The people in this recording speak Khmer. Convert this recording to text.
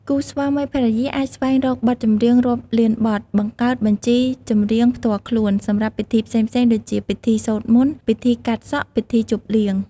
គូស្វាមីភរិយាអាចស្វែងរកបទចម្រៀងរាប់លានបទ បង្កើត បញ្ជីចម្រៀងផ្ទាល់ខ្លួន សម្រាប់ពិធីផ្សេងៗដូចជា ពិធីសូត្រមន្ត ពិធីកាត់សក់ ពិធីជប់លៀង។